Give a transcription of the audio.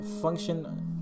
function